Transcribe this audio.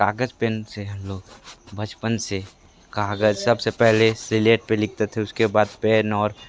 कागज़ पेन से हम लोग बचपन से कागज़ सब से पहले सिलेट पर लिखते थे उस के बाद पेन और